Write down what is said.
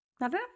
nada